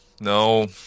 no